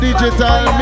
Digital